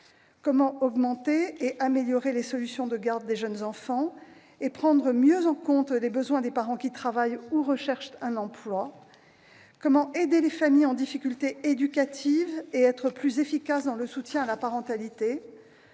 comment augmenter et améliorer les solutions de garde des jeunes enfants et prendre mieux en compte les besoins des parents qui travaillent ou recherchent un emploi ? Comment aider les familles en difficulté éducative et être plus efficace dans le soutien à la parentalité ?